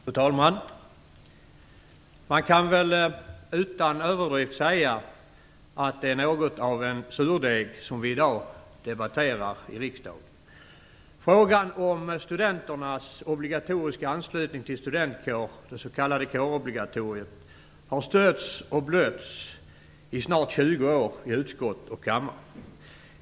Fru talman! Man kan väl utan överdrift påstå att det är något av en surdeg som vi i dag debatterar i riksdagen. Frågan om studenternas obligatoriska anslutning till studentkår, det s.k. kårobligatoriet, har stötts och blötts i snart 20 år i utskott och kammare.